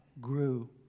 grew